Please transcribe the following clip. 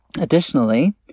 Additionally